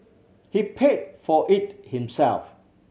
he paid for it himself